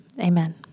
Amen